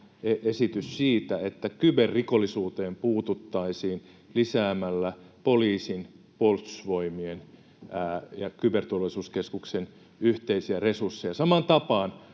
esitys siitä, että kyberrikollisuuteen puututtaisiin lisäämällä poliisin, Puolustusvoimien ja Kyberturvallisuuskeskuksen yhteisiä resursseja, samaan tapaan